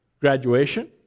graduation